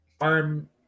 arm